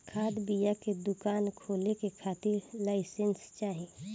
खाद बिया के दुकान खोले के खातिर लाइसेंस चाही